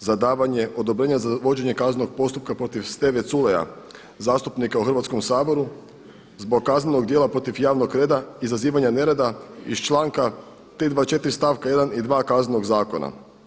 za davanje odobrenje za vođenje kaznenog postupka protiv Steve Culeja zastupnika u Hrvatskom saboru zbog kaznenog djela protiv javnog reda, izazivanja nereda iz članka 324. stavka 1. i 2. Kaznenog zakona.